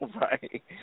right